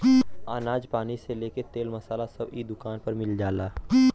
अनाज पानी से लेके तेल मसाला सब इ दुकान पर मिल जाला